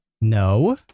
No